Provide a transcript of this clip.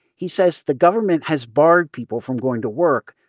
he says the government has barred people from going to work,